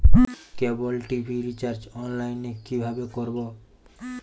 কেবল TV recharge online এ কিভাবে করব?